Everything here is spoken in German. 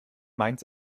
mainz